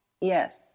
Yes